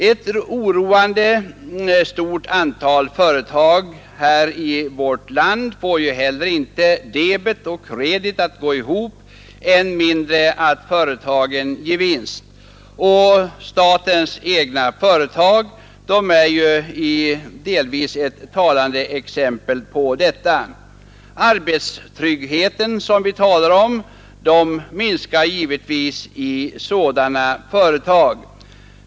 Ett oroande stort antal företag i vårt land får heller inte debet och kredit att gå ihop. Än mindre ger företagen vinst. En del av statens egna företag är talande exempel på detta. Arbetstryggheten minskar naturligtvis i sådana företag.